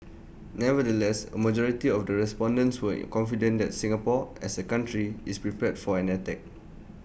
nevertheless A majority of the respondents were confident that Singapore as A country is prepared for an attack